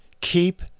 keep